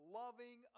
loving